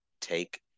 take